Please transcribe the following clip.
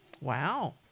Wow